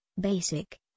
basic